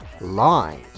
lies